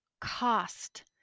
cost